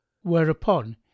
whereupon